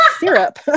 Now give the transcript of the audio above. syrup